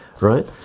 right